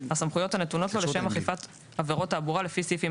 הסמכויות הנתונות לו לשם אכיפת עבירות תעבורה לפי סעיפים